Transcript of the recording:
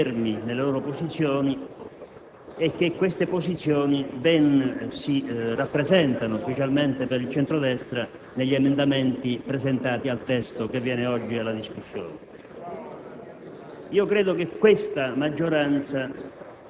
Credo che tutti i Gruppi siano rimasti fermi nelle loro posizioni e che queste posizioni ben si rappresentano, specialmente per il centro-destra, negli emendamenti presentati al testo oggi in esame.